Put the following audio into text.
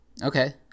Okay